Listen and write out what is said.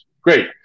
great